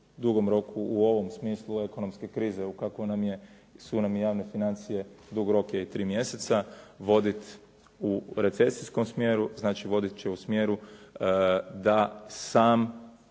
dugom roku u ovom smislu ekonomske krize u kakvoj su nam javne financije, dug rok je i 3 mjeseca voditi u recesijskom smjeru, znači voditi će u smjeru da sam